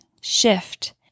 shift